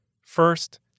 First